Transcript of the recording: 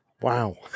wow